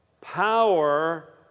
Power